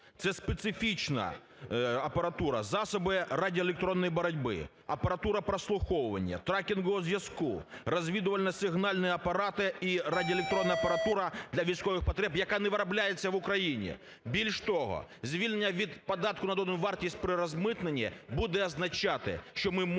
Це специфічна апаратура: засоби радіоелектронної боротьби, апаратура прослуховування, транкнгового госзв'язку, розвідувальні сигнальні апарати і радіоелектронна апаратура для військових потреб, яка не виробляється в Україні. Більше того, звільнення від податку на додану вартість при розмитненні буде означати, що ми можемо